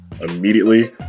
immediately